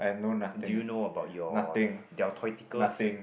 do you know about your